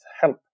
help